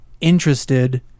interested